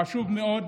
חשוב מאוד.